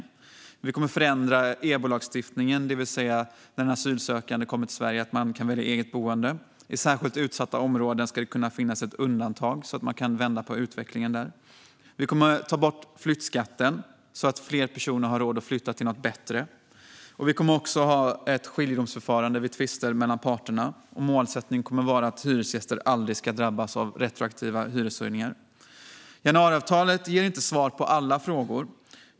Ytterligare exempel är en förändring i EBO-lagstiftningen, det vill säga att en asylsökande som kommer till Sverige kan välja eget boende, så att det i särskilt utsatta områden ska finnas ett undantag så att utvecklingen där kan vändas. Vi kommer att ta bort flyttskatten så att fler personer har råd att flytta till något bättre. Vi kommer också att ha ett skiljedomsförfarande vid tvister mellan parterna. Målsättningen är att hyresgäster aldrig ska drabbas av retroaktiva hyreshöjningar. Januariavtalet ger inte svar på alla frågor.